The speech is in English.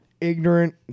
ignorant